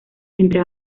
entre